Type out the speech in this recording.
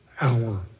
hour